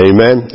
Amen